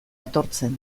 etortzen